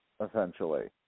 essentially